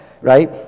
right